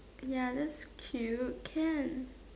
ya that's cute can